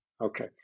Okay